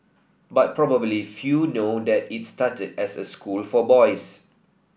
but probably few know that it started as a school for boys